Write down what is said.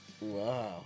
Wow